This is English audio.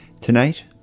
Tonight